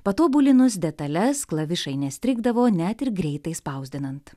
patobulinus detales klavišai nestrigdavo net ir greitai spausdinant